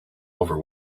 over